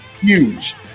huge